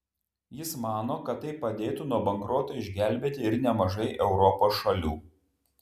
jis mano kad tai padėtų nuo bankroto išgelbėti ir nemažai europos šalių